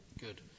Good